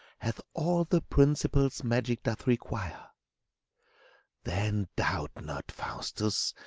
hath all the principles magic doth require then doubt not, faustus,